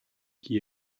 qui